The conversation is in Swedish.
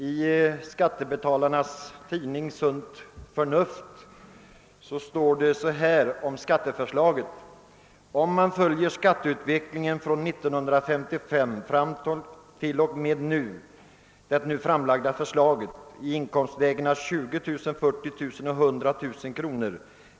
I Skattebetalarnas förenings tidning Sunt Förnuft står det på följande sätt om skatteförslaget: >Om man följer skatteutvecklingen från 1955 fram till och med det nu framlagda förslaget i inkomstlägena 20 000, 40 000 och 100 000 kr.